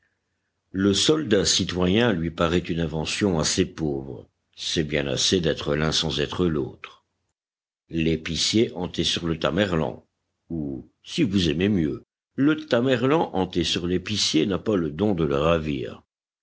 le soldat citoyen lui paraît une invention assez pauvre c'est bien assez d'être l'un sans être l'autre l'épicier enté sur le tamerlan ou si vous aimez mieux le tamerlan enté sur l'épicier n'a pas le don de le ravir